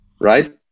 right